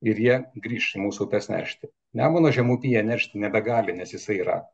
ir jie grįš į mūsų upes neršti nemuno žemupyje neršti nebegali nes jisai yra